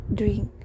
drink